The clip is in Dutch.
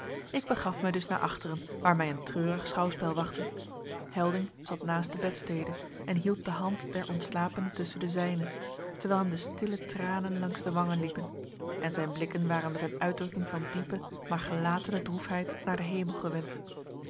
ik begaf mij dus naar achteren waar mij een treurig schouwspel wachtte helding zat naast de bedstede en hield de hand der ontslapene tusschen de zijne terwijl hem de stille tranen langs de wangen liepen en zijn blikken waren met een uitdrukking van diepe maar gelatene droefheid naar den hemel gewend